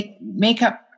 makeup